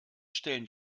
stellen